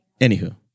Anywho